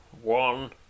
one